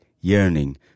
yearning